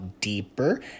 deeper